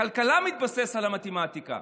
הכלכלה מתבססת על המתמטיקה.